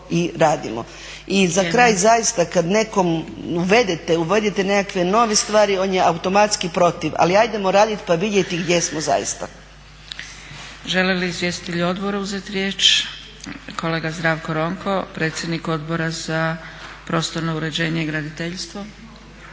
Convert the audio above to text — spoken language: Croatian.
I za kraj zaista kad nekom uvedete, uvedete nekakve nove stvari on je automatski protiv. Ali hajdemo raditi pa vidjeti gdje smo zaista.